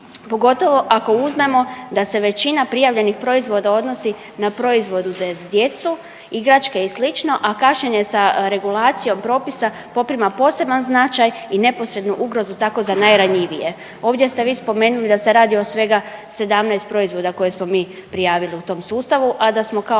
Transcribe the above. pogotovo ako uzmemo da se većina prijavljenih proizvoda odnosi na proizvode za djecu, igračke i sl., a kašnjenje sa regulacijom propisa poprima poseban značaj i neposrednu ugrozu tako za najranjivije. Ovdje ste vi spomenuli da se radi o svega 17 proizvoda koje smo prijavili u tom sustavu a da smo kao